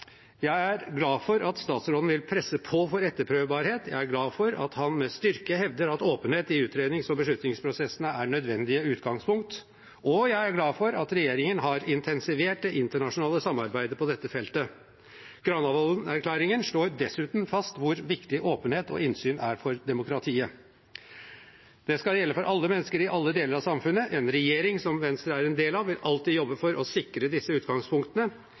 Jeg er glad for at statsråden vil presse på for etterprøvbarhet. Jeg er glad for at han med styrke hevder at åpenhet i utrednings- og beslutningsprosessene er nødvendige utgangspunkt, og jeg er glad for at regjeringen har intensivert det internasjonale samarbeidet på dette feltet. Granavolden-erklæringen slår dessuten fast hvor viktig åpenhet og innsyn er for demokratiet. Det skal gjelde for alle mennesker i alle deler av samfunnet. En regjering som Venstre er en del av, vil alltid jobbe for å sikre disse utgangspunktene.